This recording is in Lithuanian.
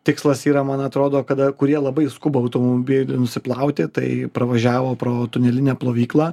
tikslas yra man atrodo kada kurie labai skuba automobilį nusiplauti tai pravažiavo pro tunelinę plovyklą